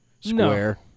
square